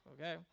Okay